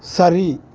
சரி